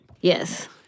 Yes